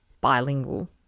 bilingual